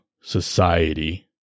society